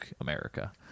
america